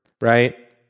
right